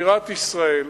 בירת ישראל,